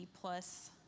plus